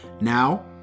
Now